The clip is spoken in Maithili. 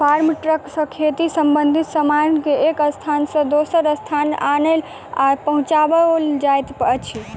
फार्म ट्रक सॅ खेती संबंधित सामान के एक स्थान सॅ दोसर स्थान आनल आ पहुँचाओल जाइत अछि